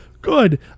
good